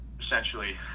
essentially